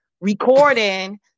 recording